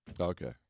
Okay